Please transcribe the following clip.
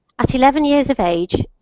at eleven years of age,